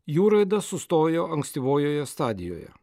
jų raida sustojo ankstyvojoje stadijoje